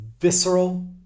visceral